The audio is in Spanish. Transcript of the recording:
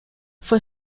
fue